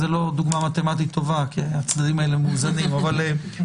זו לא דוגמה מתמטית טובה כי הצדדים האלה מאוזנים וזו ממש